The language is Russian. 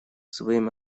своим